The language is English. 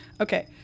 okay